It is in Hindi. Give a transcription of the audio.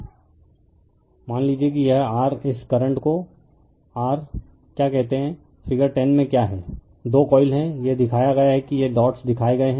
रिफर स्लाइड टाइम 1156 मान लीजिए कि यह r इस करंट को r क्या कहता है figure 10 में क्या है 2 कॉइल हैं यह दिखाया गया है कि यह डॉट्स दिखाए गए हैं